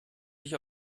sich